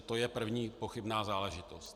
To je první pochybná záležitost.